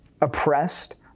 oppressed